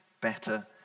better